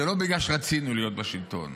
זה לא בגלל שרצינו להיות בשלטון.